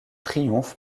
triomphe